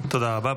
תודה רבה.